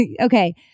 okay